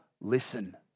listen